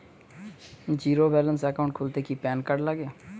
Zero balance account খুলতে কি PAN card লাগে?